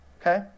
Okay